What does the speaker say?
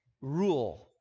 rule